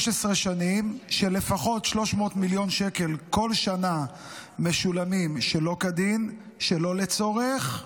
16 שנים שלפחות 300 מיליון שקל כל שנה משולמים שלא כדין ושלא לצורך,